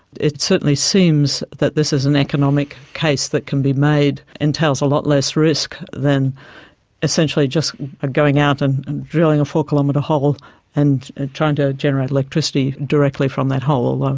it certainly seems that this is an economic case that can be made, entails a lot less risk than essentially just ah going out and and drilling a four-kilometre hole and trying to generate electricity directly from that hole, um